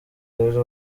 rero